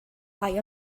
rhai